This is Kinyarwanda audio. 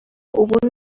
ubu